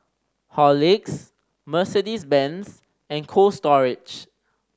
Horlicks Mercedes Benz and Cold Storage